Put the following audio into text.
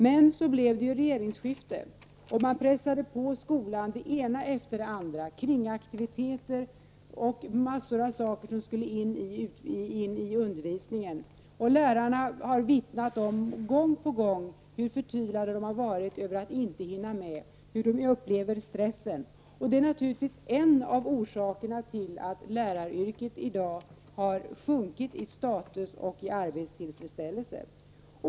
Men så blev det regeringsskifte, och man pressade på skolan det ena efter det andra: kringaktiviteter och mängder av olika moment i undervisningen. Lärarna har gång på gång vittnat om hur förtvivlade de är över att inte hinna med och hur de upplever stressen. Detta är naturligtvis en av orsakerna till att läraryrket i dag har sjunkit i status och i arbetstillfredsställelse.